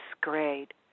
grade